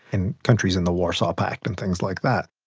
and countries in the warsaw pact and things like that.